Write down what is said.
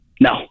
No